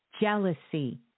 jealousy